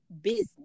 business